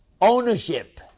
ownership